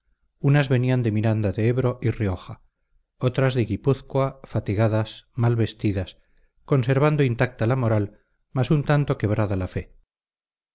unas venían de miranda de ebro y rioja otras de guipúzcoa fatigadas mal vestidas conservando intacta la moral mas un tanto quebrantada la fe